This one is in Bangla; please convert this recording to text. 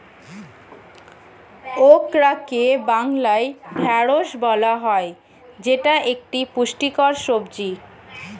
ওকরাকে বাংলায় ঢ্যাঁড়স বলা হয় যেটা একটি পুষ্টিকর সবজি